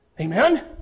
Amen